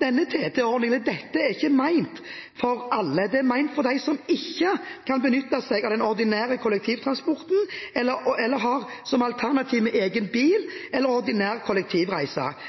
denne TT-ordningen, er ikke ment for alle. Den er ment for dem som ikke kan benytte seg av den ordinære kollektivtransporten, eller som har egen bil som alternativ. Det betyr at de i utgangspunktet ikke har den fleksibiliteten som vi som kan bruke egen bil,